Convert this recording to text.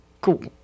Cool